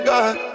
God